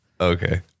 Okay